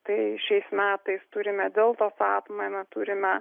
tai šiais metais turime deltos atmainą turime